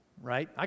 right